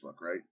right